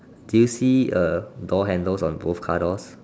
do you see uh door handles on both car doors